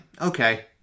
okay